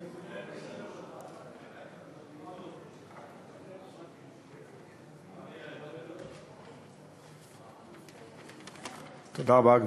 תודה רבה.